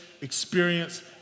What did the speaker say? experience